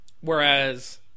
Whereas